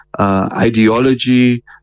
ideology